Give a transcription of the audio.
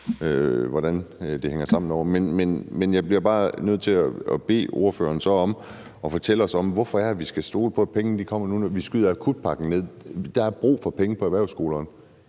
hvordan det hænger sammen derovre. Men jeg bliver bare nødt til at bede ordføreren om så at fortælle os, hvorfor vi skal stole på, at pengene kommer nu, når man skyder akutpakken ned. Der er brug for penge på erhvervsskolerne,